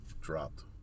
dropped